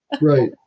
Right